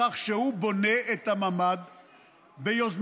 בכך שהוא בונה את הממ"ד ביוזמתו,